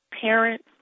parents